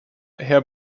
herr